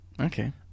Okay